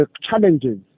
challenges